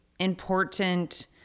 important